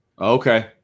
Okay